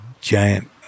giant